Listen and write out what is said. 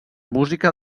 música